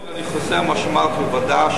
אני חוזר על מה שאמרתי בוועדה,